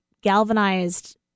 galvanized